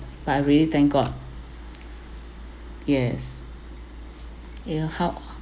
but I really thank god yes it'll help